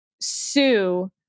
sue